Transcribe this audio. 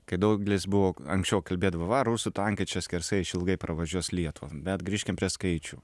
kai daugelis buvo anksčiau kalbėdavo va rusų tankai čia skersai išilgai pravažiuos lietuvą bet grįžkim prie skaičių